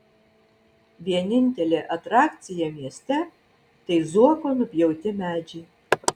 vienintelė atrakcija mieste tai zuoko nupjauti medžiai